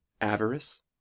avarice